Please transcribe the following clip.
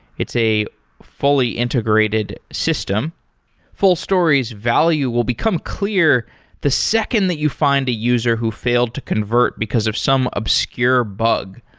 it's a fully integrated system full story's value will become clear the second that you find a user who failed to convert because of some obscure bug.